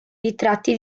ritratti